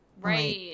right